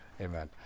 amen